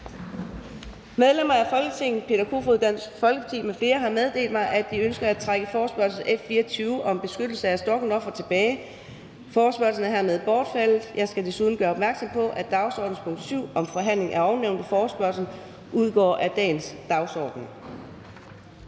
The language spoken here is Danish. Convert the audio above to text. Medlemmer af Folketinget Peter Kofod (DF) m.fl. har meddelt mig, at de ønsker at trække forespørgsel F 24 om beskyttelse af stalkingofre tilbage. Forespørgslen er hermed bortfaldet. Jeg skal desuden gøre opmærksom på, at dagsordenens pkt. 7 om forhandling af ovennævnte forespørgsel udgår af dagens dagsorden.